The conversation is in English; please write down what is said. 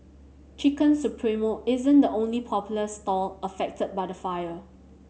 Chicken Supremo isn't the only popular stall affected by the fire